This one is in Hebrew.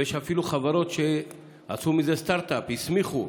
ויש אפילו חברות שעשו מזה סטרטאפ: הסמיכו,